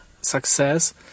success